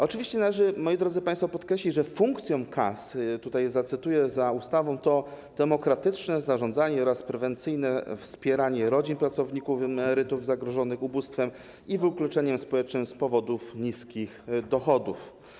Oczywiście należy, drodzy państwo, podkreślić, że funkcją kas, zacytuję za ustawą, jest demokratyczne zarządzanie oraz prewencyjne wspieranie rodzin pracowników i emerytów zagrożonych ubóstwem i wykluczeniem społecznym z powodu niskich dochodów.